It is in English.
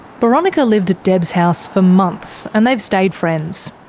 boronika lived at deb's house for months and they've stayed friends.